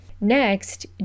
Next